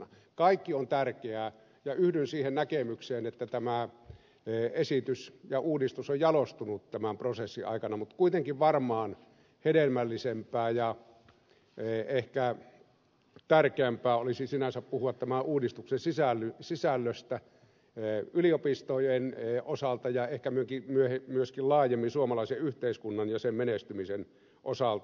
kaikki on tärkeää ja yhdyn siihen näkemykseen että tämä esitys ja uudistus on jalostunut tämän prosessin aikana mutta kuitenkin varmaan hedelmällisempää ja ehkä tärkeämpää olisi sinänsä puhua tämän uudistuksen sisällöstä yliopistojen osalta ja ehkä myöskin laajemmin suomalaisen yhteiskunnan ja sen menestymisen osalta